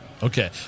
Okay